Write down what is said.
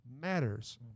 matters